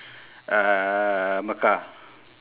uh mecca